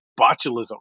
botulism